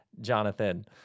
Jonathan